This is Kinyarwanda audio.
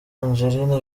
angelina